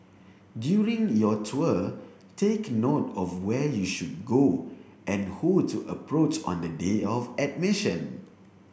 during your tour take note of where you should go and who to approach on the day of admission